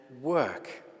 work